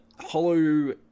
Hollow